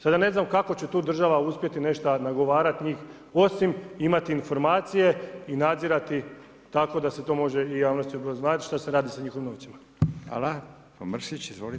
Sad ja ne znam kako će to država uspjeti nešta nagovarati njih, osim imati informacije i nadzirati, tako da se to može i javnosti obrazlagati šta se radi sa njihovim novcima.